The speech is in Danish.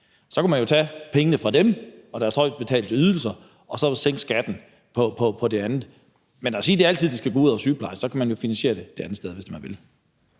Så man kunne jo tage pengene fra dem og deres højt betalte ydelser og så sænke skatten på det andet. Man siger altid, at det skal gå ud over sygeplejersker, men man kunne jo finansiere det et andet sted, hvis man ville.